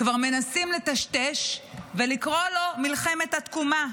כבר מנסים לטשטש ולקרוא לו "מלחמת התקומה".